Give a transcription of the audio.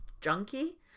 junkie